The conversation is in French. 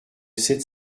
sept